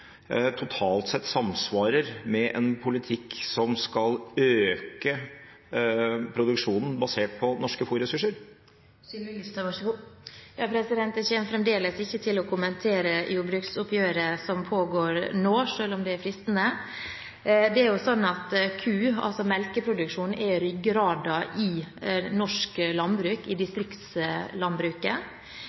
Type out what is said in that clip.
totalt sett – samsvarer med en politikk som skal øke produksjonen, basert på norske fôrressurser? Jeg kommer fremdeles ikke til å kommentere jordbruksoppgjøret som pågår nå, selv om det er fristende. Melkeproduksjon er ryggraden i norsk landbruk, i distriktslandbruket. Så er det også slik at gjennom mange år har de norske kyrene fått opp yteevnen. Norsk